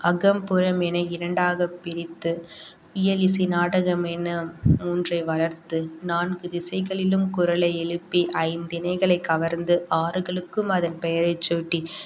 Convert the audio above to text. அகம் புறம் என இரண்டாக பிரித்து இயலிசை நாடகம் என மூன்றை வளர்த்து நான்கு திசைகளிலும் குரலை எழுப்பி ஐந்த்திணைகளை கவர்ந்து ஆறுகளுக்கும் அதன் பெயரை சூட்டி